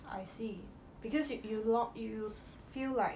I see because you you lock you feel like